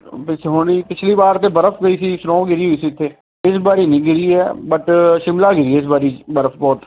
ਵਿਚ ਹੋਣੀ ਪਿਛਲੀ ਵਾਰ ਤਾਂ ਬਰਫ ਵੀ ਸੀ ਸਨੋਅ ਗਿਰੀ ਹੋਈ ਸੀ ਇੱਥੇ ਇਸ ਬਾਰੇ ਨਹੀਂ ਗਿਰੀ ਹੈ ਬਟ ਸ਼ਿਮਲਾ ਗਿਰੀ ਆ ਇਸ ਵਾਰੀ ਬਰਫ ਬਹੁਤ